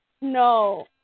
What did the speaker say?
No